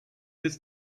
this